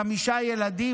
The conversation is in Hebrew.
חמישה ילדים,